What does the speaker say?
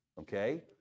Okay